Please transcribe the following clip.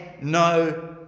no